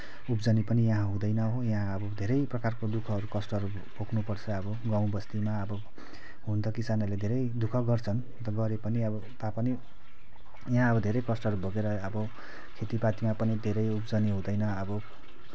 उब्जनि पनि यहाँ हुँदैन हो यहाँ अब धेरै प्रकारको दुःखहरू कष्टहरू भोग्नुपर्छ अब गाउँबस्तीमा अब हुन त किसानहरूले धेरै दुःख गर्छन् अन्त गरेपनि अब तापनि यहाँ अब धेरै कष्टहरू भोगेर अब खेतीपातीमा पनि धेरै उब्जनि हुँदैन अब